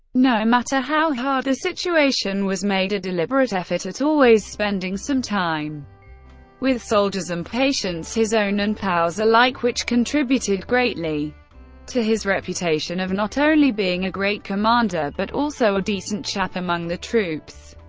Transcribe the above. no matter how hard the situation was, made a deliberate effort at always spending some time with soldiers and patients, his own and pows alike, which contributed greatly to his reputation of not only being a great commander, but also also a decent chap among the troops.